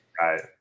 Right